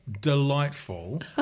delightful